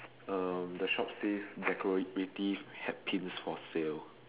uh the shop says decorative hairpins for sale